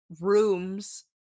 rooms